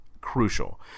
crucial